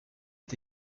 est